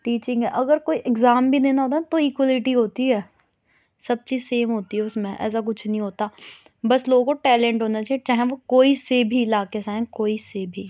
teaching ہے اگر کوئی ایگزام بھی دینا ہوتا ہے تو ایکولیٹی ہوتی ہے سب چیز سیم ہوتی ہے اُس میں ایسا كچھ نہیں ہوتا بس لوگوں کو ٹیلینٹ ہونا چاہیے چاہے وہ کوئی سے بھی علاقے سے آئیں کوئی سے بھی